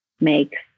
makes